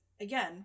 again